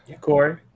Corey